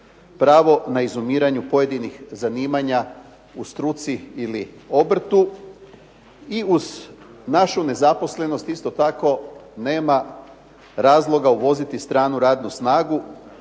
pravo na izumiranju pojedinih zanimanja u struci ili obrtu i uz našu nezaposlenost isto tako nema razloga uvoziti stranu radnu snagu,